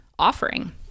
offering